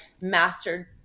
mastered